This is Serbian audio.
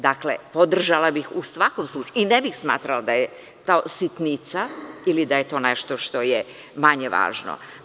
Dakle, podržala bih u svakom slučaju i ne bih smatrala da je kao sitnica, ili da je to nešto što je manje važno.